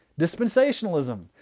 dispensationalism